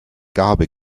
gabe